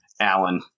Allen